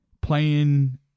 playing